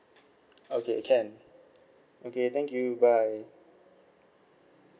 okay can okay thank you bye